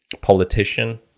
politician